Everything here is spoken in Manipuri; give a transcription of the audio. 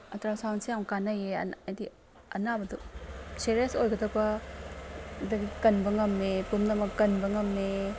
ꯑꯜꯇ꯭ꯔꯥꯁꯥꯎꯟꯁꯦ ꯌꯥꯝ ꯀꯥꯟꯅꯩꯌꯦ ꯍꯥꯏꯗꯤ ꯑꯅꯥꯕꯗꯨ ꯁꯦꯔꯦꯁ ꯑꯣꯏꯒꯗꯕ ꯑꯗꯨꯗꯒꯤ ꯀꯟꯕ ꯉꯝꯃꯦ ꯄꯨꯝꯅꯃꯛ ꯀꯟꯕ ꯉꯝꯃꯦ